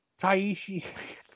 Taishi